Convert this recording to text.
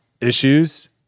issues